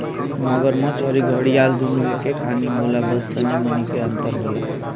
मगरमच्छ अउरी घड़ियाल दूनो एके खानी होला बस तनी मनी के अंतर होला